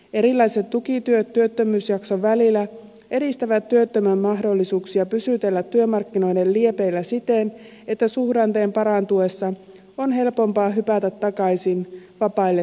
erilaiset tukityöt työttömyysjaksojen välillä edistävät työttömän mahdollisuuksia pysytellä työmarkkinoiden liepeillä siten että suhdanteen parantuessa on helpompaa hypätä takaisin vapaille työmarkkinoille